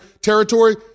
territory